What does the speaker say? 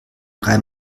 reim